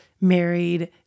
married